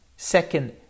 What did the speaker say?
second